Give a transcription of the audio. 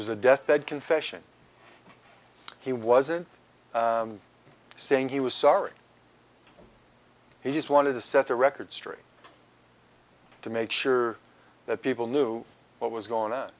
was a deathbed confession he wasn't saying he was sorry he just wanted to set the record straight to make sure that people knew what was going on